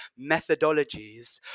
methodologies